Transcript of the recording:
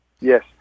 Yes